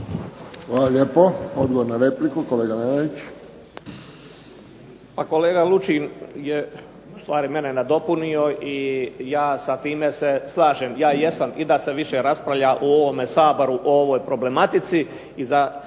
Hvala lijepo. Odgovor na repliku, kolega Nenadić.